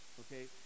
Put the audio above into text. okay